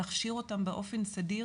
להכשיר אותם באופן סדיר